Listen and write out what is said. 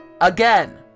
AGAIN